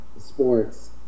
sports